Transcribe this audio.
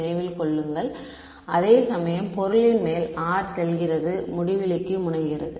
நினைவில் கொள்ளுங்கள் அதேசமயம் பொருளின் மேல் r செல்கிறது முடிவிலிக்கு முனைகிறது